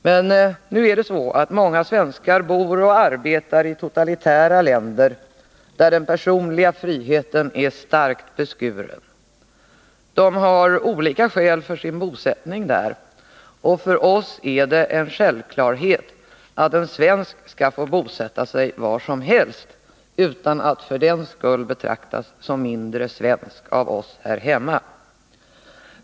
Nu är det emellertid så, att många svenskar bor och arbetar i totalitära länder, där den personliga friheten är starkt beskuren. De har olika skäl för sin bosättning där, och för oss är det en självklarhet att en svensk skall få bosätta sig var som helst utan att för den skull betraktas som mindre svensk av oss här hemma.